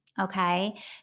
Okay